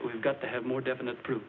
we've got to have more definite proof